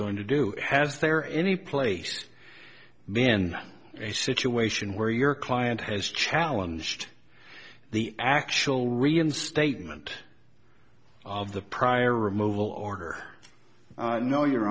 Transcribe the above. going to do has there any place been a situation where your client has challenged the actual reinstatement of the prior removal order no your